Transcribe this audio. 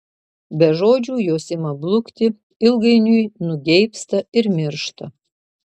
be žodžių jos ima blukti ilgainiui nugeibsta ir miršta